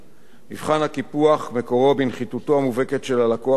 מבחן הקיפוח מקורו בנחיתותו המובהקת של הלקוח בכריתת החוזה.